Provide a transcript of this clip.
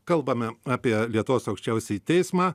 kalbame apie lietuvos aukščiausiąjį teismą